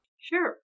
Sure